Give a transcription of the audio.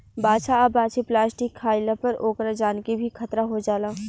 बाछा आ बाछी प्लास्टिक खाइला पर ओकरा जान के भी खतरा हो जाला